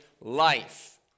life